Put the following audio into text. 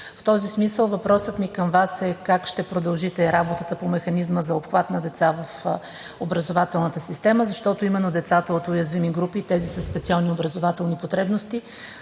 В този смисъл въпросът ми към Вас е: как ще продължите работата по Механизма за обхват на деца в образователната система, защото именно децата от уязвими групи – тези със специални образователни потребности,